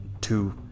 Two